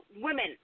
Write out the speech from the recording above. women